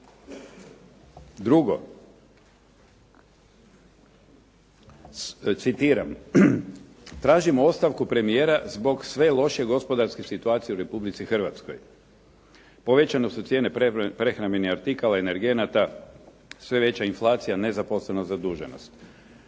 Drugo, citiram: "Tražimo ostavku premijera zbog sve lošije gospodarske situacije u Republici Hrvatskoj. Povećane su cijene prehrambenih artikala, energenata, sve veća inflacija, nezaposlenost, zaduženost."